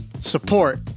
support